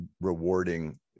rewarding